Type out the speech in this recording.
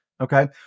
Okay